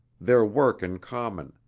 their work in common,